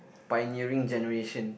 pioneering generation